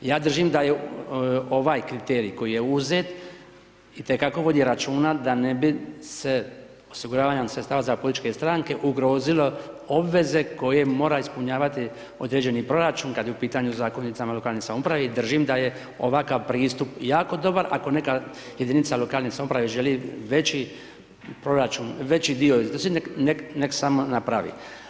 Ja držim da je ovaj kriterij, koji je uzet, i te kako vodi računa da ne bi se osiguravanjem sredstava za političke stranke ugrozilo obveze koje mora ispunjavati određeni proračun kad je u pitanju …/nerazumljivo/… lokalne samouprave i držim da je ovakav pristup jako dobar, ako neka jedinica lokalne samouprave želi veći proračun, veći dio …/nerazumljivo/… nek, nek samo napravi.